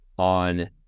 On